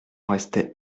restait